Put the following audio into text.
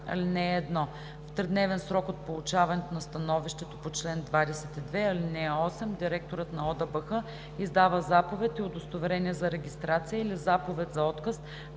„(1) В тридневен срок от получаването на становището по чл. 22, ал. 8 директорът на ОДБХ издава заповед и удостоверение за регистрация или заповед за отказ,